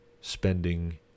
spending